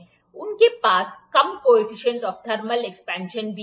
उनके पास कम कॉएफिशिएंट आफ थर्मल एक्सपेंशन भी हैं